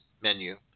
menu